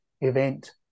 event